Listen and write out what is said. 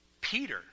Peter